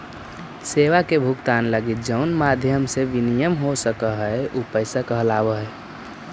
सेवा के भुगतान लगी जउन माध्यम से विनिमय हो सकऽ हई उ पैसा कहलावऽ हई